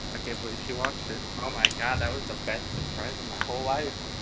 can't believe she watched it. oh my god, that was the best surprise of my whole life.